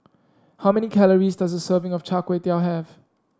how many calories does a serving of Char Kway Teow have